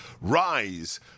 Rise